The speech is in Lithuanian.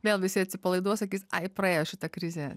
vėl visi atsipalaiduos sakys ai praėjo šita krizė